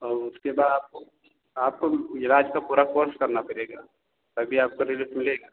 और उसके बाद आपको आपको भी इलाज का पूरा कोर्स करना पड़ेगा तभी रिजल्ट मिलेगा